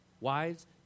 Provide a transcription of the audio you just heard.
wives